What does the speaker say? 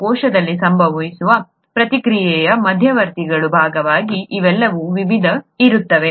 ಮತ್ತು ಕೋಶದಲ್ಲಿ ಸಂಭವಿಸುವ ಪ್ರತಿಕ್ರಿಯೆಯ ಮಧ್ಯವರ್ತಿಗಳ ಭಾಗವಾಗಿ ಇವೆಲ್ಲವೂ ವಿವಿಧಗಳಲ್ಲಿ ಇರುತ್ತವೆ